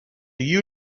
you